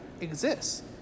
exists